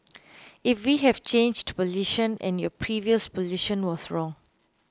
if we have changed position and your previous position was wrong